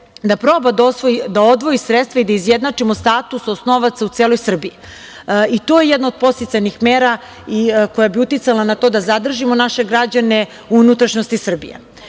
da proba da odvoji sredstva i da izjednačimo status osnovaca u Srbiji. To je jedna od podsticajnih mera koja bi uticala na to da zadržimo naše građane u unutrašnjosti Srbije. Nije